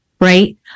right